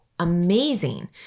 amazing